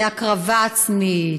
להקרבה עצמית,